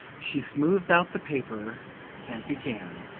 she smoothed out the paper and began